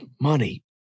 money